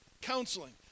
counseling